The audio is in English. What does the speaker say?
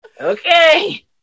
okay